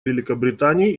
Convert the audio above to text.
великобритании